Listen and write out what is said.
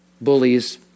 bullies